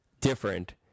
different